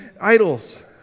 idols